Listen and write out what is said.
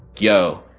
yo,